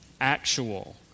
actual